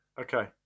Okay